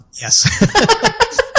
yes